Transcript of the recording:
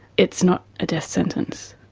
it's not a death sentence.